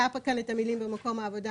היה כתוב: במקום העבודה.